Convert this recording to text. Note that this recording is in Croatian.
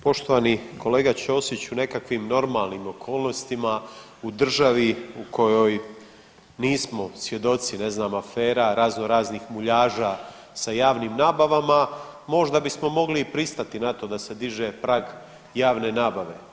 Poštovani kolega Ćosiću u nekakvim normalnim okolnostima u državi u kojoj nismo svjedoci ne znam afera, razno raznih muljaža sa javnim nabavama možda bismo i mogli pristati na to da se diže prag javne nabave.